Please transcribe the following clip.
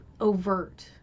overt